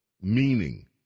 meaning